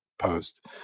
post